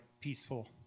peaceful